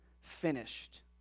finished